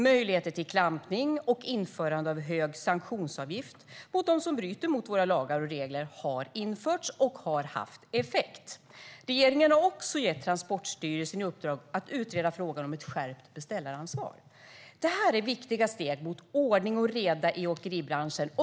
Möjligheter till klampning och införande av hög sanktionsavgift mot dem som bryter mot våra lagar och regler har införts och har haft effekt. Regeringen har också gett Transportstyrelsen i uppdrag att utreda frågan om ett skärpt beställaransvar. Det här är viktiga steg mot ordning och reda i åkeribranschen.